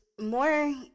more